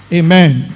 amen